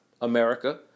America